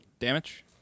Damage